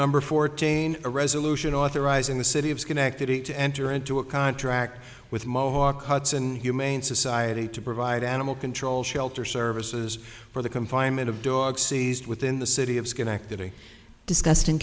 number fourteen a resolution authorizing the city of schenectady to enter into a contract with mohawk hudson humane society to provide animal control shelter services for the confinement of dogs seized within the city of schenectady discus